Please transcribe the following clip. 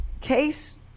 case